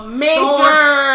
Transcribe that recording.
major